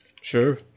Sure